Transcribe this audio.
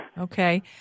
Okay